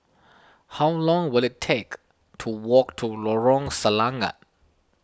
how long will it take to walk to Lorong Selangat